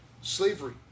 slavery